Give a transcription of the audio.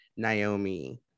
Naomi